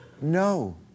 No